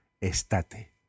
estate